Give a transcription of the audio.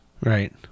Right